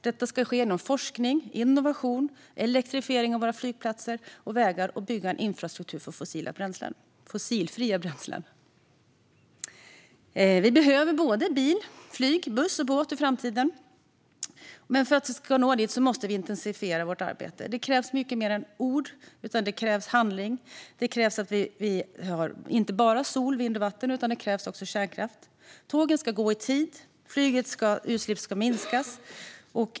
Detta ska ske genom forskning, innovation, elektrifiering av våra flygplatser och vägar samt genom att bygga en infrastruktur för fossilfria bränslen. Vi behöver bil, flyg, buss och båt i framtiden. Men för att nå dit måste vi intensifiera vårt arbete. Det krävs mycket mer än ord. Det krävs också handling. Vidare krävs inte bara sol, vind och vatten utan också kärnkraft. Tågen ska gå i tid, och flygets utsläpp ska minskas.